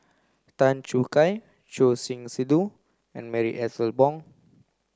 Tan Choo Kai Choor Singh Sidhu and Marie Ethel Bong